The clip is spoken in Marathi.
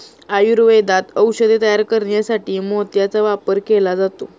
आयुर्वेदात औषधे तयार करण्यासाठी मोत्याचा वापर केला जातो